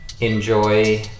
Enjoy